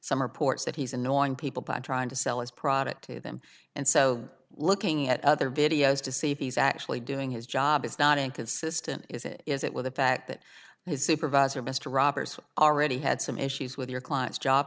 some reports that he's annoying people by trying to sell his product to them and so looking at other videos to see if he's actually doing his job is not inconsistent is it is it with the fact that his supervisor mr roberts already had some issues with your client's job